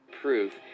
Proof